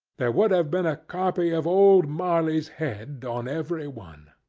there would have been a copy of old marley's head on every one.